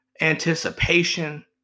anticipation